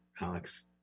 Alex